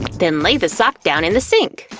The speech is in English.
then lay the sock down in the sink.